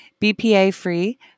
BPA-free